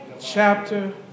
chapter